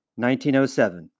1907